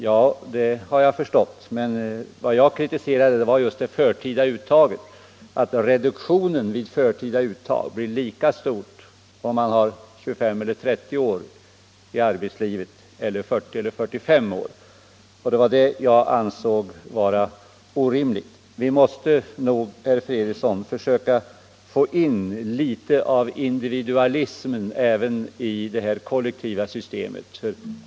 Jo, det har jag förstått, men vad jag kritiserade var att reduktionen vid förtida uttag blir lika stor oavsett om man har 25-30 år eller om man har 40-45 år bakom sig i arbetslivet. Det ansåg jag vara orimligt. Vi måste nog, herr Fredriksson, försöka få in litet av individualism även i det kollektiva systemet.